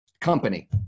company